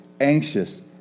anxious